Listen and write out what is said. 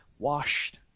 washed